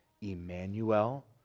Emmanuel